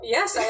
Yes